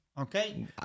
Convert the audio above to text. Okay